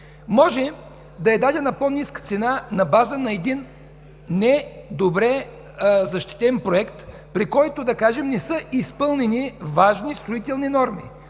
може да е дадена по-ниска цена на база на един недобре защитен проект, при който, да кажем, не са изпълнени важни строителни норми,